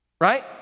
Right